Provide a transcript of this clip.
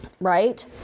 right